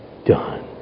done